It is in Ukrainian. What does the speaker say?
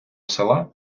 села